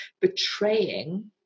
betraying